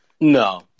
No